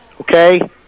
Okay